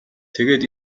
тэгээд